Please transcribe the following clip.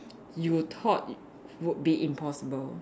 you thought would be impossible